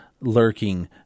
lurking